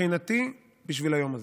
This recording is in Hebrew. מבחינתי, בשביל היום הזה.